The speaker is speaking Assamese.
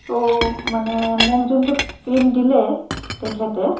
তো মানে মোক যোনটো ক্ৰীম দিলে তেখেতে